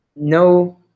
No